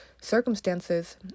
circumstances